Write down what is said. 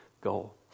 goal